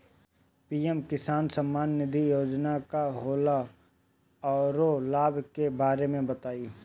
PM किसान सम्मान निधि योजना का होला औरो लाभ के बारे में बताई?